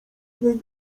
jej